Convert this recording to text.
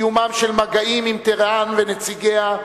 קיומם של מגעים עם טהרן ונציגיה,